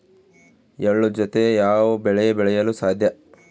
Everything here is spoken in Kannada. ಎಳ್ಳು ಜೂತೆ ಯಾವ ಬೆಳೆ ಬೆಳೆಯಲು ಸಾಧ್ಯ?